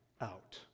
out